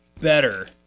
better